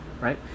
right